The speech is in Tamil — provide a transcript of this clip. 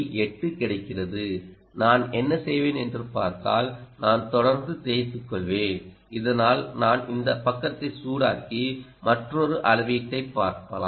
8 கிடைக்கிறது நான் என்ன செய்வேன் என்று பார்த்தால் நான் தொடர்ந்து தேய்த்துக் கொள்வேன் இதனால் நான் இந்த பக்கத்தை சூடாக்கி மற்றொரு அளவீட்டைப் பார்ப்போம்